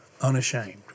unashamed